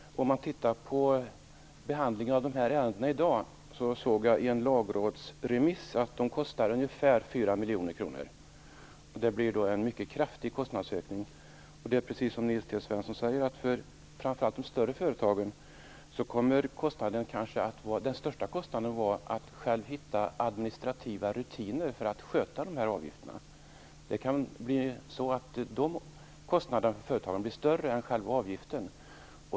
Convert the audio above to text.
När det gäller behandlingen av dessa ärenden såg jag i en lagrådsremiss att de i dag kostar ungefär 4 miljoner kronor. Det innebär en mycket kraftig kostnadsökning. Precis som Nils T Svensson säger kommer framför allt de större företagen att ha stora kostnader för att att hitta administrativa rutiner för att sköta de här avgifterna. Det kan bli så att de kostnaderna för företagen blir större än själva avgiften.